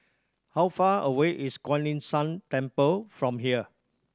how far away is Kuan Yin San Temple from here